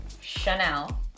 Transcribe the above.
Chanel